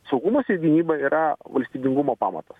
saugumas ir gynyba yra valstybingumo pamatas